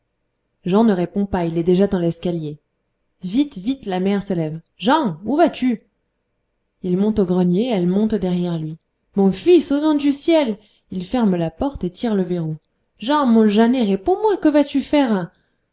jan ne répond pas il est déjà dans l'escalier vite vite la mère se lève jan où vas-tu il monte au grenier elle monte derrière lui mon fils au nom du ciel il ferme la porte et tire le verrou jan mon janet réponds-moi que vas-tu faire